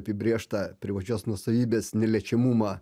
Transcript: apibrėžtą privačios nuosavybės neliečiamumą